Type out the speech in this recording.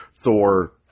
Thor